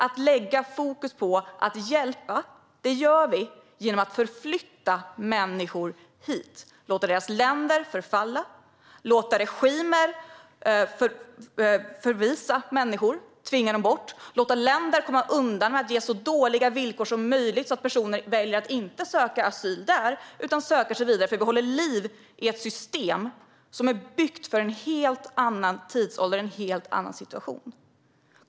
Vi lägger fokus på att hjälpa genom att förflytta människor hit, låta deras länder förfalla, låta regimer förvisa människor och tvinga dem bort och låta länder komma undan med att ge så dåliga villkor som möjligt så att människor väljer att inte söka asyl där utan söka sig vidare. Vi håller liv i ett system som är byggt för en helt annan tidsålder och en helt annan situation.